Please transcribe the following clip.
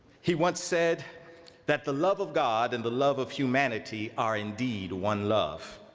he once said that the love of god and the love of humanity are indeed one love.